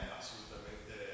assolutamente